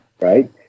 right